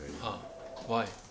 !huh! why